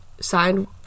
signed